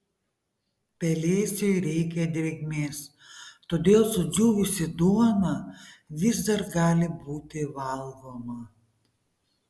pelėsiui reikia drėgmės todėl sudžiūvusi duona vis dar gali būti valgoma